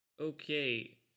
Okay